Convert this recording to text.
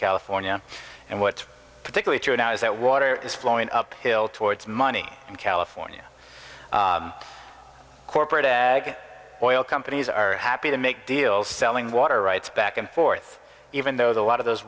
california and what's particularly true now is that water is flowing uphill towards money in california corporate ag oil companies are happy to make deals selling water rights back and forth even though the lot of those